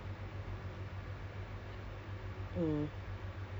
the house is just cramped ah sekarang my house ada enam orang